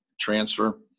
transfer